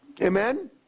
Amen